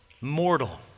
mortal